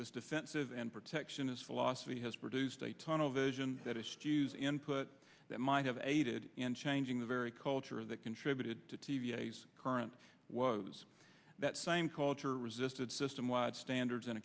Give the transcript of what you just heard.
this defensive and protectionist philosophy has produced a tunnel vision that it's use input that might have aided in changing the very culture that contributed to t v s current was that same culture resisted system wide standards and